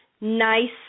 Nice